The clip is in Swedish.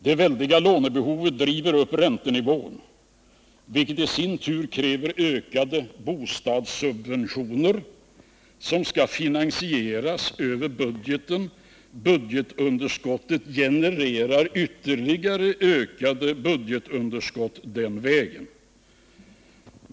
Det väldiga lånebehovet driver upp räntenivån, vilket i sin tur kräver en ökning av bostadssubventionerna som skall finansieras över budgeten. Budgetunderskottet genererar ytterligare ökade budgetunderskott den vägen.